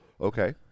Okay